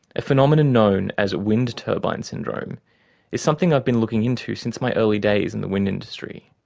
a phenomenon known as wind turbine syndrome is something i've been looking in to since my early days in the wind industry.